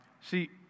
See